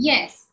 Yes